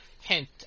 hint